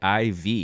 IV